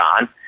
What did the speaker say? on